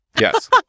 Yes